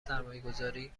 سرمایهگذاری